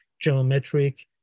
geometric